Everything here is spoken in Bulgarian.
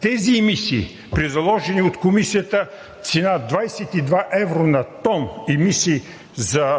Тези емисии при заложена от Комисията цена – 22 евро на тон, емисии за